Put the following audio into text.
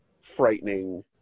frightening